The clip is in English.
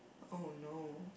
oh no